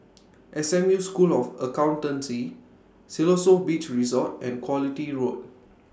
S M U School of Accountancy Siloso Beach Resort and Quality Road